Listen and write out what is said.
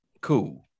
cool